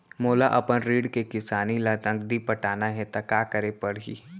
मोला अपन ऋण के किसती ला नगदी पटाना हे ता का करे पड़ही?